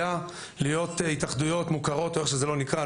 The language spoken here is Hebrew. הקליעה להיות התאחדויות מוכרות או איך שזה לא נקרא,